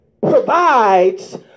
provides